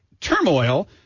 turmoil –